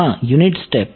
હા unit step